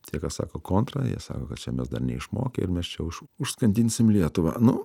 tie kas sako kontra jie sako kad čia mes dar neišmokę ir mes čia už užskambinsim lietuvą nu